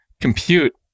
compute